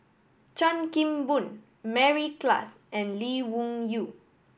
Chan Kim Boon Mary Klass and Lee Wung Yew